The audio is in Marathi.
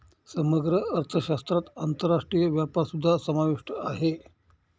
समग्र अर्थशास्त्रात आंतरराष्ट्रीय व्यापारसुद्धा समाविष्ट आहे